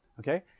Okay